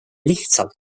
lihtsalt